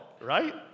right